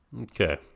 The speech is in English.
Okay